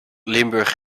limburg